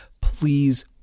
Please